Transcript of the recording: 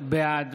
בעד